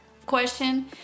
question